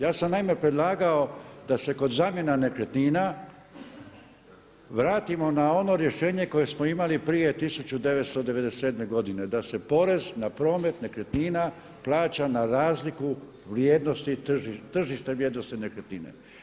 Ja sam naime predlagao da se kod zamjena nekretnina vratimo na ono rješenje koje smo imali prije 1997. godine da se porez na promet nekretnina plaća na razliku vrijednosti, tržišta vrijednosti nekretnina.